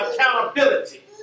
accountability